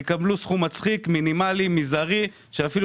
יקבלו סכום מצחיק מינימלי ומזערי שאני אפילו